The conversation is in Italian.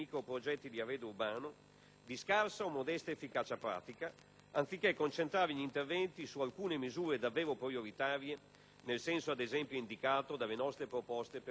di scarsa o modesta efficacia pratica, anziché concentrare gli interventi su alcune misure davvero prioritarie, nel senso ad esempio indicato dalle nostre proposte per una manovra aggiuntiva.